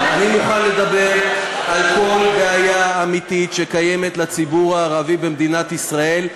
אני מוכן לדבר על כל בעיה אמיתית שקיימת לציבור הערבי במדינת ישראל,